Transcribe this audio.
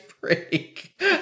break